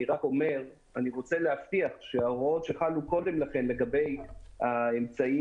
אני רק רוצה להבטיח שההוראות שחלו קודם לכן לגבי האמצעים